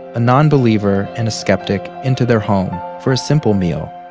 a non-believer and a skeptic, into their home for a simple meal.